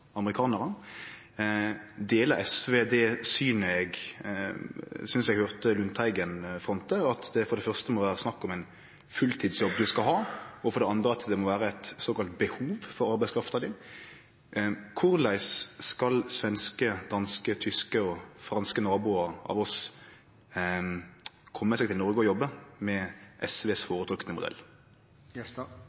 amerikanarar? Deler SV det synet eg synest eg høyrde at Lundteigen fronta, at det for det første må vere snakk om ein fulltidsjobb ein skal ha, og for det andre at det må vere eit såkalla behov for arbeidskrafta di? Korleis skal svenske, danske, tyske og franske naboar av oss kome seg til Noreg for å jobbe med SV sin føretrekte modell?